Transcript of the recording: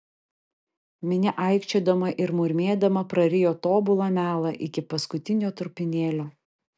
minia aikčiodama ir murmėdama prarijo tobulą melą iki paskutinio trupinėlio